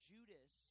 Judas